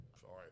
sorry